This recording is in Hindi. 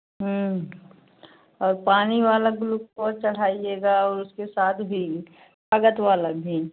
और पानी वाला ग्लूकोज चढ़ाइएगा और उसके साथ भी ताकत वाला भी